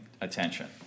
attention